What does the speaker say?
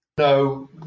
No